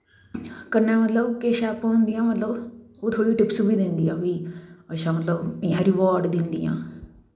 कन्नै मतलव किश होंदियां मतलव ओह् थोह्ड़ी टिप्स बी दिंदियां फ्ही अच्छा मतलव इयां रिवॉर्ड़ दिंदियां